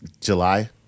july